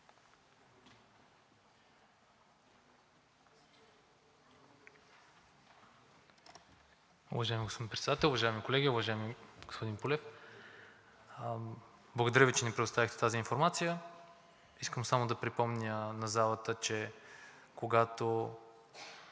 Уважаеми господин Председател, уважаеми колеги! Уважаеми господин Пулев, благодаря Ви, че ни предоставихте тази информация. Искам само да припомня на залата, че когато